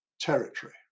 territory